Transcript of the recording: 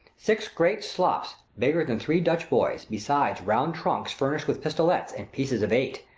six great slops, bigger than three dutch hoys, beside round trunks, furnished with pistolets, and pieces of eight,